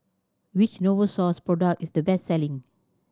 which Novosource product is the best selling